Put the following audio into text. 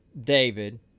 David